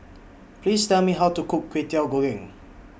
Please Tell Me How to Cook Kwetiau Goreng